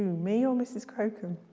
me or mrs crocombe?